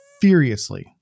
furiously